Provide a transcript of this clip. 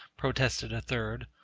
protested a third.